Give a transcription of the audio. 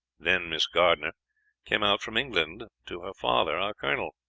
then miss gardiner came out from england, to her father, our colonel.